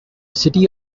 city